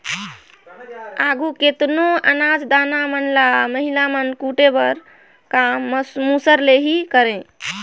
आघु केतनो अनाज दाना मन ल महिला मन कूटे कर काम मूसर ले ही करें